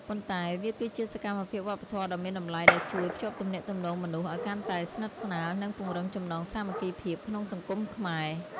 ប៉ុន្តែវាគឺជាសកម្មភាពវប្បធម៌ដ៏មានតម្លៃ ដែលជួយ ភ្ជាប់ទំនាក់ទំនងមនុស្ស ឲ្យកាន់តែស្និទ្ធស្នាល និងពង្រឹងចំណងសាមគ្គីភាពក្នុងសង្គមខ្មែរ។